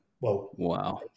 Wow